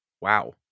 Wow